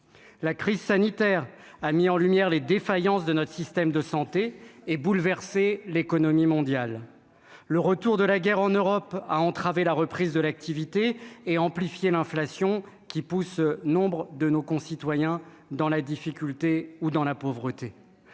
la crise sanitaire, a mis en lumière les défaillances de notre système de santé et bouleverser l'économie mondiale, le retour de la guerre en Europe à entraver la reprise de l'activité et amplifier l'inflation qui pousse nombre de nos concitoyens dans la difficulté ou dans la pauvreté,